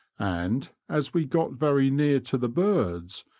and, as we got very near to the birds,